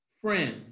friend